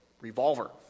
revolver